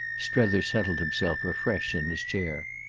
strether settled himself afresh in his chair.